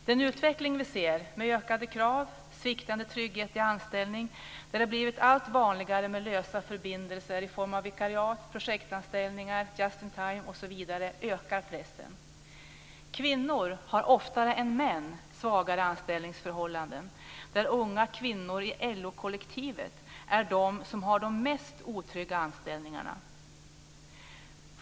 Den utveckling som vi ser med ökade krav och sviktande anställningstrygghet - dessutom har det blivit allt vanligare med lösa förbindelser i form av vikariat, projektanställningar, just in time osv. - ökar pressen. Kvinnor har oftare än män svagare anställningsförhållanden. Unga kvinnor i LO-kollektivet har de mest otrygga anställningarna.